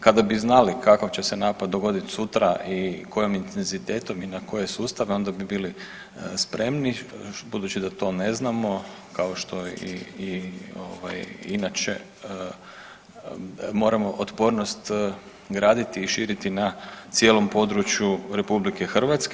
Kada bi znali kakav će se napad dogoditi sutra i kojim intenzitetom i na koje sustave onda bi bili spremni, budući da to ne znamo kao što i inače moramo otpornost graditi i širiti na cijelom području RH.